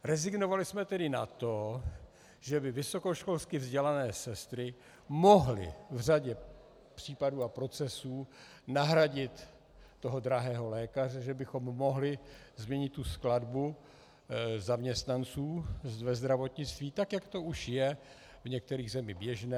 Rezignovali jsme tedy na to, že by vysokoškolsky vzdělané sestry mohly v řadě případů a procesů nahradit drahého lékaře, že bychom mohli změnit skladbu zaměstnanců ve zdravotnictví, jak to už je v některých zemích běžné.